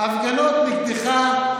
ההפגנות נגדך,